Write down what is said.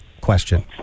question